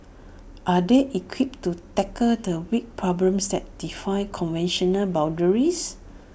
are they equipped to tackle the wicked problems that defy conventional boundaries